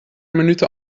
minuten